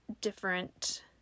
different